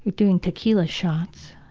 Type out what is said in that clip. doing tequila shots